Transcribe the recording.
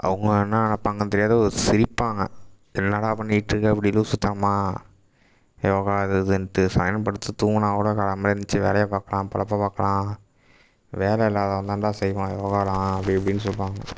அவங்க என்ன நினைப்பாங்கன்னு தெரியாது சிரிப்பாங்க என்னடா பண்ணிகிட்ருக்க இப்படி லூசுத்தனமாக யோகா அது இதுன்ட்டு சாயங்காலம் படுத்துத் தூங்கினால்கூட காலம்பற எழுந்திரிச்சு வேலையைப் பார்க்கலாம் பிழப்பப் பார்க்கலாம் வேலை இல்லாதவன்தாண்டா செய்வான் யோகாவெலாம் அப்படி இப்படின்னு சொல்லுவாங்க